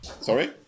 Sorry